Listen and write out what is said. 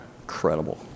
Incredible